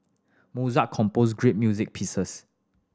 Mozart composed great music pieces